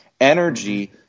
energy